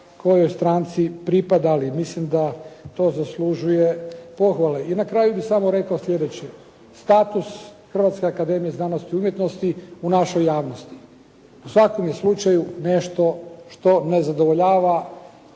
kojoj stranci pripadali. Mislim da to zaslužuje pohvale. I na kraju bih samo rekao slijedeće, status Hrvatske akademije znanosti i umjetnosti u našoj javnosti u svakom je slučaju nešto što ne zadovoljava